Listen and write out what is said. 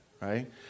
right